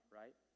right